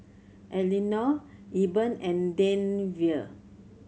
Elinore Eben and Denver